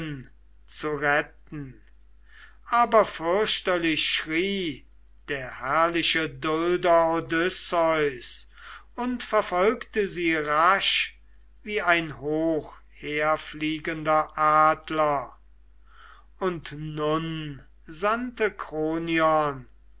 zu retten aber fürchterlich schrie der herrliche dulder odysseus und verfolgte sie rasch wie ein hochherfliegender adler und nun sandte kronion